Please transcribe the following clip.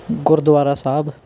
Gurdwara Sahib